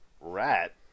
Rat